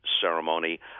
Ceremony